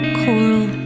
coral